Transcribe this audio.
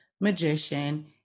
magician